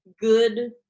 Good